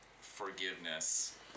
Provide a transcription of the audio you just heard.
forgiveness